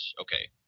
okay